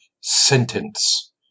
sentence